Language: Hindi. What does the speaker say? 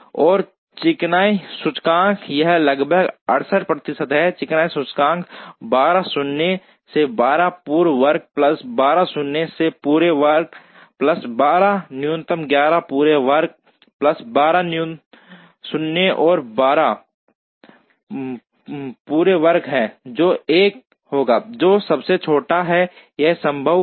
और चिकनाई सूचकांक यह लगभग 98 प्रतिशत है चिकनाई सूचकांक 12 शून्य से 12 पूरे वर्ग प्लस 12 शून्य से पूरे वर्ग प्लस 12 न्यूनतम 11 पूरे वर्ग प्लस 12 शून्य से 12 पूरे वर्ग जो 1 होगा जो सबसे छोटा है यह सम्भव है